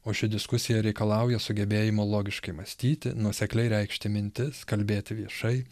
o ši diskusija reikalauja sugebėjimo logiškai mąstyti nuosekliai reikšti mintis kalbėti viešai